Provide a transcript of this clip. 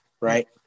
right